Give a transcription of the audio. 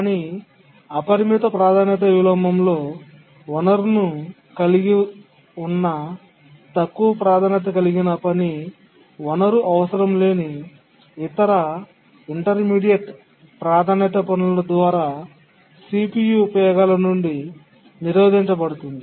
కానీ అపరిమిత ప్రాధాన్యత విలోమంలో వనరును కలిగి ఉన్న తక్కువ ప్రాధాన్యత కలిగిన పని వనరు అవసరం లేని ఇతర ఇంటర్మీడియట్ ప్రాధాన్యత పనుల ద్వారా CPU ఉపయోగాల నుండి నిరోధించబడుతుంది